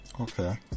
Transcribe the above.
Okay